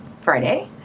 Friday